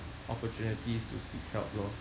opportunities to seek help lor